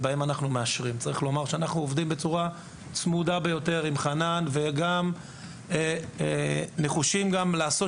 אנחנו עובדים בצורה צמודה עם חנן וגם נחושים לעשות